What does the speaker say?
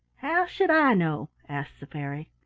should i know? asked the fairy.